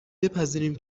بپذیریم